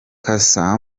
cassa